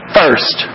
first